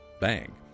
Bang